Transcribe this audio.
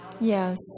Yes